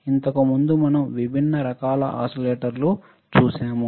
ఇంతకు ముందు మనం విభిన్న రకాల ఓసిలేటర్లు చూశాము